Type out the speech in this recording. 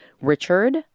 Richard